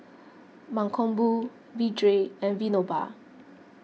Mankombu Vedre and Vinoba